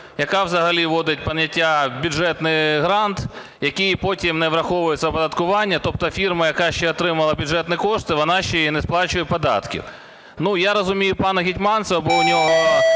яка взагалі вводить поняття "бюджетний грант", який потім не враховується в оподаткуванні. Тобто фірма, яка ще отримала бюджетні кошти, вона ще і не сплачує податків. Я розумію пана Гетманцева, бо у нього